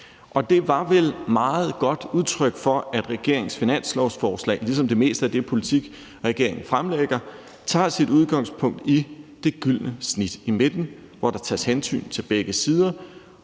Det var vel et meget godt udtryk for, at regeringens finanslovsforslag, ligesom det meste af den politik, regeringen fremlægger, tager sit udgangspunkt i det gyldne snit i midten, hvor der tages hensyn til begge sider.